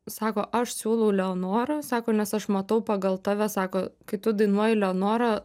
sako aš siūlau leonora sako nes aš matau pagal tave sako kai tu dainuoji leonorą